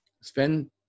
spend